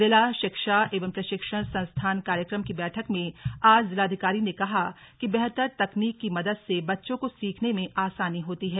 जिला शिक्षा एवं प्रशिक्षण संस्थान कार्यक्रम की बैठक में आज जिलाधिकारी ने कहा कि बेहतर तकनीकि की मदद से बच्चों को सीखने में आसानी होती है